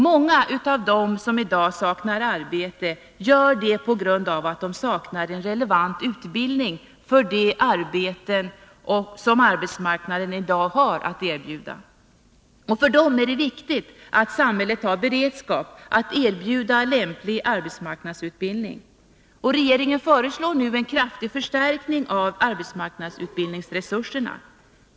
Många av dem som i dag saknar arbete gör det på grund av att de saknar relevant utbildning för de arbeten som arbetsmarknaden i dag har att erbjuda. För dem är det viktigt att samhället har beredskap att erbjuda lämplig arbetsmarknadsutbildning. Regeringen föreslår nu en kraftig förstärkning av arbetsmarknadsutbildningsresurserna.